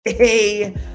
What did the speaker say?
Hey